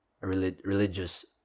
religious